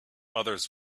others